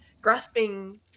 grasping